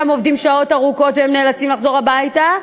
עובדים שעות ארוכות והם נאלצים לחזור הביתה,